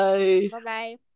Bye-bye